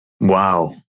wow